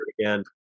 again